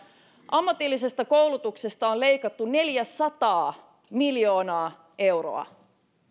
ammatillisesta koulutuksesta on leikattu neljäsataa miljoonaa euroa